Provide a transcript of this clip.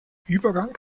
übergang